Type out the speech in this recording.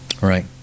Right